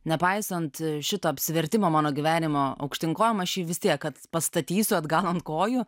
nepaisant šito apsivertimo mano gyvenimo aukštyn kojom aš jį vis tiek kad pastatysiu atgal ant kojų